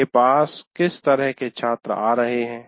मेरे पास किस तरह के छात्र आ रहे हैं